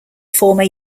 former